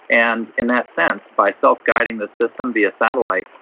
and in that sense, by self-guiding the system via satellite,